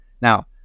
now